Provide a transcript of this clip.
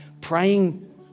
praying